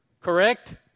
Correct